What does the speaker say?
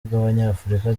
bw’abanyafurika